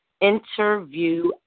interview